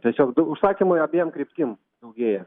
tiesiog du užsakymai abiem kryptim daugėja